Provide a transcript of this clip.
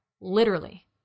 Literally